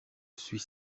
suis